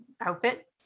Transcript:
outfit